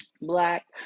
black